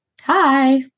Hi